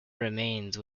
remained